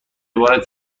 عبارت